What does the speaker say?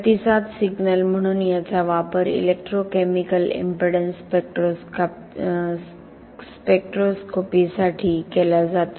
प्रतिसाद सिग्नल म्हणून याचा वापर इलेक्ट्रो केमिकल इम्पेडन्स स्पेक्ट्रोस्कोपीसाठी केला जातो